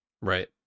right